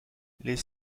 les